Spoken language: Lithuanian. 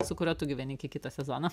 su kuriuo tu gyveni iki kito sezono